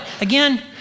again